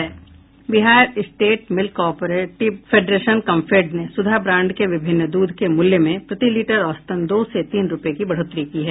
Bihar state milk cooperative federation COMFED ने Sudha brand के विभिन्न दूध के मूल्य में प्रति लीटर औसतन दो से तीन रूपये की बढ़ोतरी की है